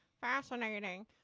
Fascinating